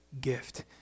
gift